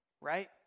right